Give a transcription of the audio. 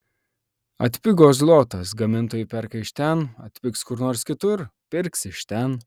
atpigo zlotas gamintojai perka iš ten atpigs kur nors kitur pirks iš ten